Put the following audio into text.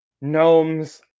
gnomes